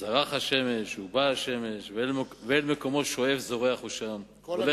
וזרח השמש ובא השמש ואל מקומו שואף זורח הוא שם" כל הנחלים,